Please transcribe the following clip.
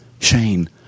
Shane